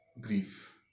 grief